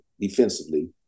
defensively